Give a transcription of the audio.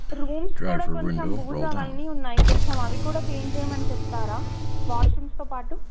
rooms కూడా కొంచెం భూజు అవన్నీ ఉన్నాయి కొంచెం అవి కూడా క్లీన్ చేయమని చెప్తారా వాష్ రూమ్స్తో పాటు